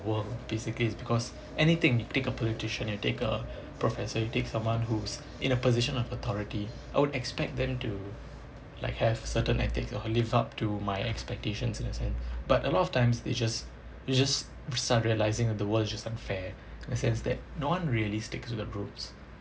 world basically it's because anything you take a politician you take a professor you take someone who's in a position of authority I would expect them to like have certain ethic or live up to my expectations in a sense but a lot of times they just you just start realising that the world is just unfair in the sense that no one really sticks to the roots